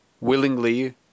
willingly